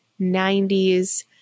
90s